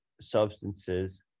substances